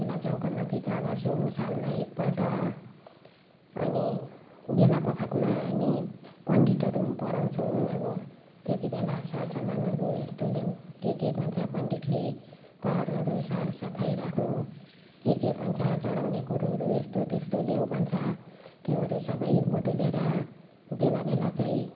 चुलाचौकामा पित्रा गर्छौँ सालमा एकपल्ट अनि बेलाबखतमा हामी पण्डितहरू पनि पढाउँछौँ अब त्यति बेला सरसामानहरू यस्तो लेऊ के के भन्छ पण्डितले घरहरू सरसफाइ राख्नु के के भन्छ चढाउने कुरोहरू यस्तो त्यस्तो ल्याऊ भन्छ त्योहरू सबै बटुलेर बेला बेला चाहिँ